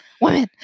women